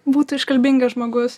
būtų iškalbingas žmogus